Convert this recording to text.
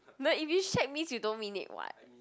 no if you shag means you don't mean it [what]